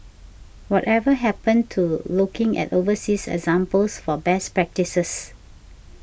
whatever happened to looking at overseas examples for best practices